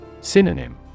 Synonym